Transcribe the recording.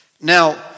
Now